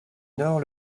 nord